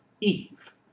Eve